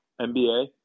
NBA